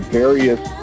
various